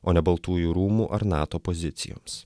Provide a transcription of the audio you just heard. o ne baltųjų rūmų ar nato pozicijoms